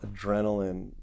adrenaline